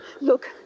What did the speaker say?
Look